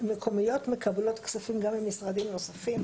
מקומיות מקבלות כספים גם ממשרדים נוספים,